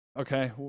Okay